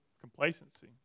complacency